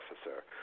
officer